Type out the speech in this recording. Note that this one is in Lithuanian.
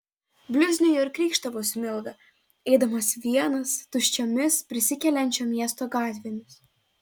bliuznijo ir krykštavo smilga eidamas vienas tuščiomis prisikeliančio miesto gatvėmis